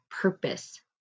purpose